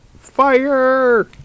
fire